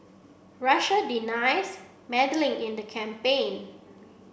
Russia denies meddling in the campaign